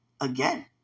again